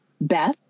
Beth